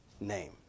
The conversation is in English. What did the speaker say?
name